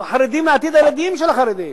אנחנו חרדים לעתיד הילדים של החרדים,